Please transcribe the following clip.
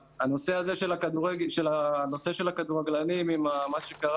הנושא הזה של הכדורגלנים עם מה שקרה,